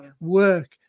work